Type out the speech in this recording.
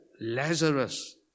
Lazarus